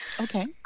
Okay